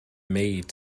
made